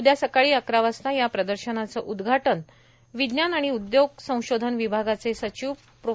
उदया सकाळी अकरा वाजता या प्रदर्शनाचं उदघाटन विज्ञान आणि उदयोग संशोधन विभागाचे सचिव प्रो